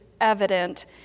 evident